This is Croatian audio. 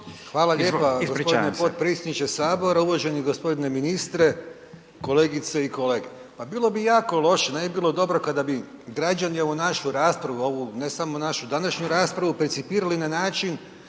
Hvala lijepa g. potpredsjedniče sabora, uvaženi g. ministre, kolegice i kolege. Pa bilo bi jako loše, ne bi bilo dobro kada bi građani ovu našu raspravu, ovu ne samo našu današnju raspravu percipirali na način